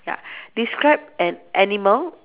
ya describe an animal